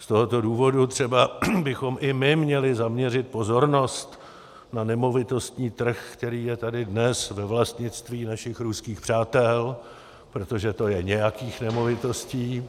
Z tohoto důvodu třeba bychom i my měli zaměřit pozornost na nemovitostní trh, který je tady dnes ve vlastnictví našich ruských přátel, protože to je nějakých nemovitostí.